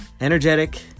energetic